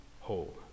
whole